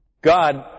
God